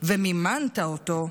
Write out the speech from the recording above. ומימנת אותו,